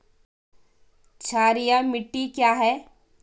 क्षारीय मिट्टी क्या है?